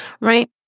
right